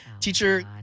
Teacher